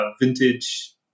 vintage